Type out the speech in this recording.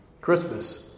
Christmas